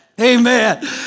Amen